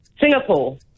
Singapore